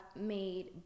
made